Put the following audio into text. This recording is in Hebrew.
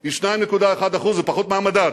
היא 2.1%, זה פחות מהמדד.